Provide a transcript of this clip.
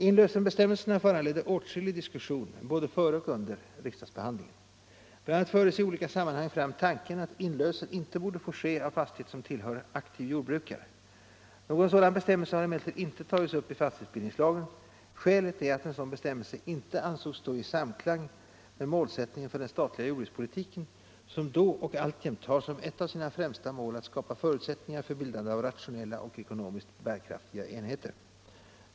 Inlösenbestämmelserna föranledde åtskillig diskussion både före och under riksdagsbehandlingen. BI. a. fördes i olika sammanhang fram tanken att inlösen inte borde få ske av fastighet som tillhör aktiv jordbrukare. Någon sådan bestämmelse har emellertid inte tagits upp i fastighetsbildningslagen. Skälet är att en sådan bestämmelse inte ansågs stå i samklang med målsättningen för den statliga jordbrukspolitiken, som då och alltjämt har som ett av sina främsta mål att skapa förutsättningar för bildande av rationella och ekonomiskt bärkraftiga enheter.